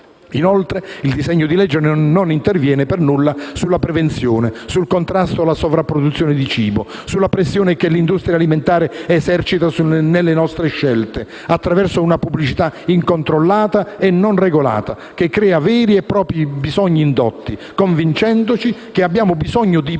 Inoltre, il disegno di legge non interviene per nulla nella prevenzione, sul contrasto alla sovrapproduzione di cibo, sulla pressione che l'industria alimentare esercita sulle nostre scelte, attraverso una pubblicità incontrollata e non regolata, che crea veri e propri bisogni indotti, convincendoci che abbiamo bisogno di più